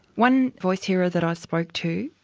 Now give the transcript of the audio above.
one voice hearer that i spoke to,